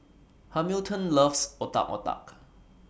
Hamilton loves Otak Otak